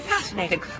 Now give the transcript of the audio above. Fascinating